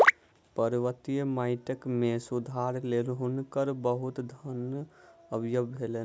पर्वतीय माइट मे सुधारक लेल हुनकर बहुत धन व्यय भेलैन